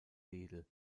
wedel